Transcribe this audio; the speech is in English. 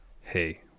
hey